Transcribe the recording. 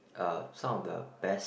uh some of the best